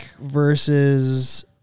versus